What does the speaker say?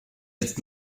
jetzt